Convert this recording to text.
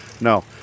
No